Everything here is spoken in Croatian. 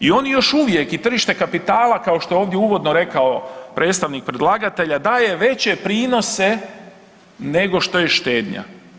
I oni još uvijek i tržište kapitala kao što je ovdje uvodno rekao predstavnik predlagatelja daje veće prinose nego što je štednja.